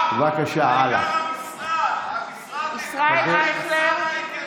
העיקר המשרד ושר ההתיישבות,